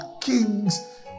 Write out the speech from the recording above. kings